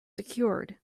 secured